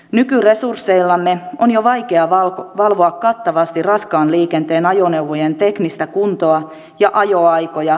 nykyresursseillamme on jo vaikea valvoa kattavasti raskaan liikenteen ajoneuvojen teknistä kuntoa ja ajoaikoja